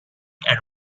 and